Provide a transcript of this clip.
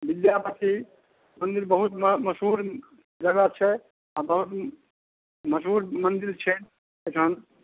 विद्यापती मन्दिर बहुत म मशहूर जगह छै आओर बहुत ही मशहूर मन्दिर छै अइठाम